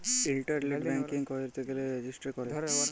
ইলটারলেট banking ক্যইরতে গ্যালে register ক্যরে